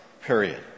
period